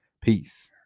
peace